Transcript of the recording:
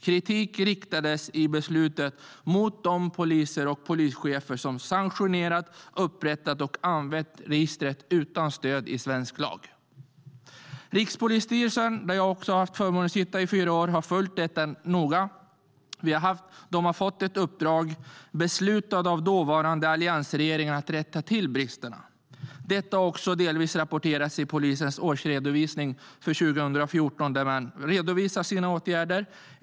Kritik riktades i beslutet mot de poliser och polischefer som sanktionerat, upprättat och använt registret utan stöd i svensk lag. Rikspolisstyrelsen, där jag haft förmånen att ingå under fyra år, har följt frågan noga. De har fått ett uppdrag, beslutad av dåvarande alliansregeringen, att rätta till bristerna. Det har också delvis rapporterats i polisens årsredovisning för 2014 där man redovisar vilka åtgärder man vidtagit.